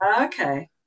okay